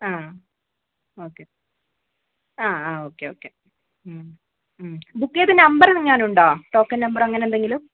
ആ ഓക്കേ ആ ആ ഓക്കേ ഓക്കേ മ് മ് ബുക്ക് ചെയ്ത നമ്പറങ്ങാനും ഉണ്ടോ ടോക്കൺ നമ്പർ അങ്ങനെ എന്തെങ്കിലും